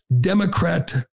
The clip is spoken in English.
Democrat